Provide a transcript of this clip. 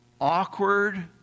awkward